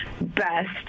best